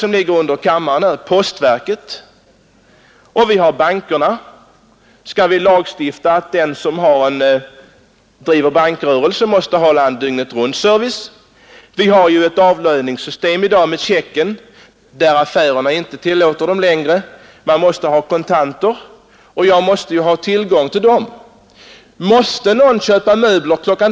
Jag tänker på postverket, jag tänker också på bankerna. Skall vi lagstifta om att den som bedriver bankrörelse måste hålla en dygnetruntservice? Vi har ju i dag ett avlöningssystem med checkar, som affärerna inte tar emot längre. Man måste alltså ha tillgång till kontanter. Måste någon köpa möbler kl.